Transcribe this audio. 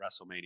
WrestleMania